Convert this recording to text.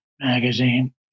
Magazine